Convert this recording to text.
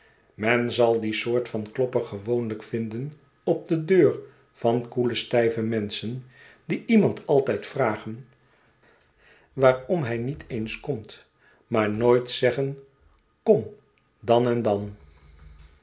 men zal die soort van klopper gewoonlijk vinden op de deur van koeie stijve menschen die iemand altijd vragen waarom hij niet eens komt maar nooit zeggen kom dan en dan